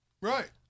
Right